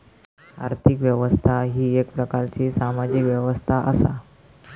आर्थिक व्यवस्था ही येक प्रकारची सामाजिक व्यवस्था असा